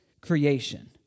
creation